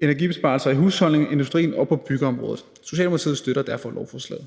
energibesparelser i husholdningen, industrien og på byggeområdet. Socialdemokratiet støtter derfor lovforslaget.